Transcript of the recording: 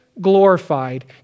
glorified